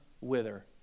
wither